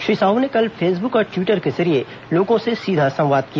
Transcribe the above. श्री साहू ने कल फेसबुक और ट्वीटर के जरिए लोगों से सीधा संवाद किया